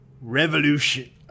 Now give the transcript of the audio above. Revolution